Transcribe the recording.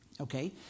Okay